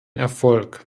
erfolg